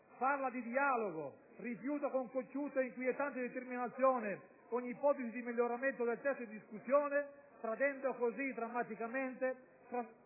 parla di dialogo, rifiuta con cocciuta e inquietante determinazione ogni ipotesi di miglioramento del testo in discussione, rendendo drammaticamente